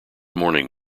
morning